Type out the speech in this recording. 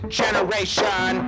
generation